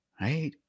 right